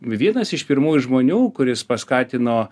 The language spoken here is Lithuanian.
v vienas iš pirmųjų žmonių kuris paskatino